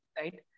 right